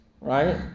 right